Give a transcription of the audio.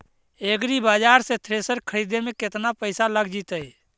एग्रिबाजार से थ्रेसर खरिदे में केतना पैसा लग जितै?